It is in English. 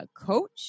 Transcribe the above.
coach